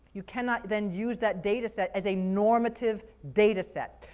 you cannot then use that data set as a normative data set.